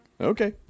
Okay